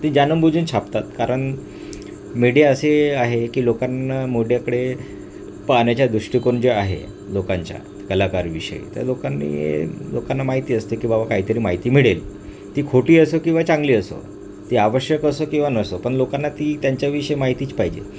ते जाणून बुजून छापतात कारण मीडिया असे आहे की लोकांना मोड्याकडे पाहण्याच्या दृष्टिकोन जो आहे लोकांच्या कलाकारविषयी त्या लोकांनी लोकांना माहिती असते की बाबा काहीतरी माहिती मिळेल ती खोटी असो किंवा चांगली असो ती आवश्यक असो किंवा नसो पण लोकांना ती त्यांच्याविषयी माहितीच पाहिजे